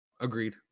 agreed